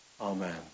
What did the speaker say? Amen